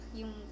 yung